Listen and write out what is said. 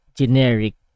generic